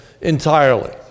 entirely